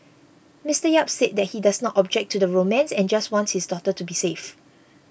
Mister Yap said that he does not object to the romance and just wants his daughter to be safe